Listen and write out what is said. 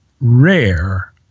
rare